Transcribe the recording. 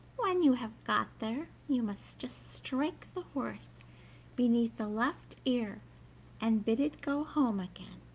when you have got there you must just strike the horse beneath the left ear and bid it go home again